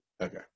Okay